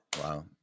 Wow